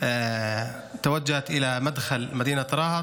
תושבי העיר רהט,